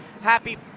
happy